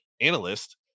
analyst